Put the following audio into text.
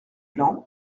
plan